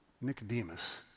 Nicodemus